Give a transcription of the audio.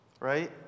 Right